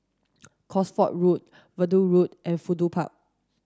Cosford Road Verdun Road and Fudu Park